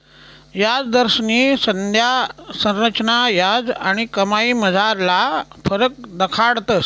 याजदरस्नी संज्ञा संरचना याज आणि कमाईमझारला फरक दखाडस